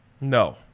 No